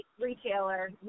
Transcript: retailer